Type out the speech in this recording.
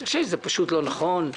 זה פשוט לא נכון.